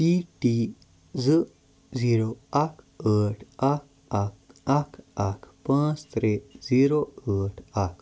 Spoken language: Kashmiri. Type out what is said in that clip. ٹی ٹی زٕ زیٖرو اکھ ٲٹھ اکھ اکھ اکھ اکھ پانٛژ ترٛےٚ زیٖرو ٲٹھ اکھ